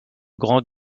grand